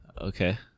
Okay